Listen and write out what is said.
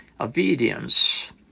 Obedience